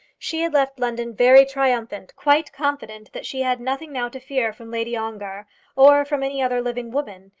she had left london very triumphant quite confident that she had nothing now to fear from lady ongar or from any other living woman,